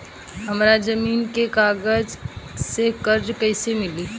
हमरा जमीन के कागज से कर्जा कैसे मिली?